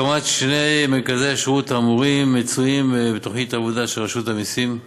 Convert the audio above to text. הקמת שני מרכזי השירות האמורים מצויה בתוכנית העבודה של רשות המסים,